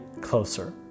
closer